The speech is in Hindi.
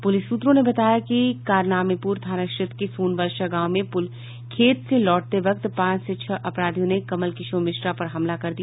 पुलिस सूत्रों ने बताया कि कारनामेपुर थाना क्षेत्र के सोनवर्षा गांव में खेत से लौटते वक्त पांच से छह अपराधियों ने कमल किशोर मिश्रा पर हमला कर दिया